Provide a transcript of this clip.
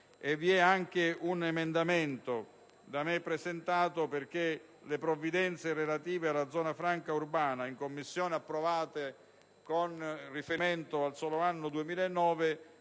Vi è anche un emendamento da me presentato perché le provvidenze relative alla zona franca urbana, approvate in Commissione con riferimento al solo anno 2009,